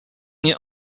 nie